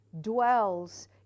dwells